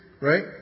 right